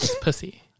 Pussy